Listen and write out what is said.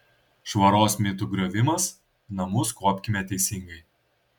švaros mitų griovimas namus kuopkime teisingai